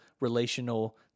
relational